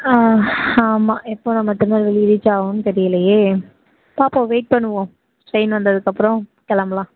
ஆ ஆமாம் எப்போ நாம திருநெல்வேலிய ரீச் ஆவோன்னு தெரியலையே பார்ப்போம் வெயிட் பண்ணுவோம் ட்ரெயின் வந்ததுக்கப்புறம் கிளம்பலாம்